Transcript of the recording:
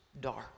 dark